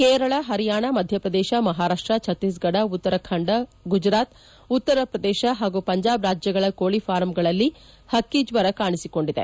ಕೇರಳ ಹರಿಯಾಣ ಮಧ್ಯಪ್ರದೇಶ ಮಹಾರಾಷ್ಷ ಛತ್ತೀಸ್ಗಢ ಉತ್ತರಾಖಂಡ ಗುಜರಾತ್ ಉತ್ತರಪ್ರದೇಶ ಹಾಗೂ ಪಂಜಾಬ್ ರಾಜ್ಯಗಳ ಕೋಳಿಫಾರಂಗಳಲ್ಲಿ ಹಕ್ಕಿ ಜ್ವರ ಕಾಣಿಸಿಕೊಂಡಿದೆ